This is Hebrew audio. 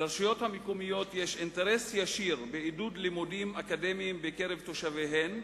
לרשויות המקומיות יש אינטרס ישיר בעידוד לימודים אקדמיים בקרב תושביהן,